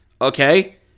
Okay